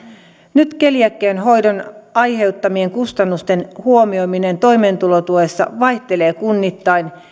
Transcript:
nyt keliakian hoidon aiheuttamien kustannusten huomioiminen toimeentulotuessa vaihtelee kunnittain